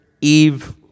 Eve